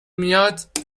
میاد